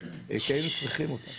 היא קיימת וצריכים אותה